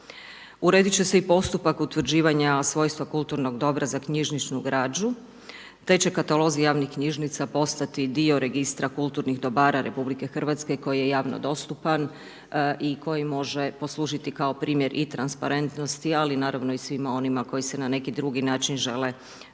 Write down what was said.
Urediti će se i postupak utvrđivanja svojstva kulturnog dobra za knjižničku građu, te će katalozi javnih knjižnica postati dio registra kulturnih dobara RH koji je javno dostupan i koji može poslužiti kao primjer i transparentnosti, ali i naravno i svima onima koji se na neki drugi način žele baviti